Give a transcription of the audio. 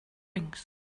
wings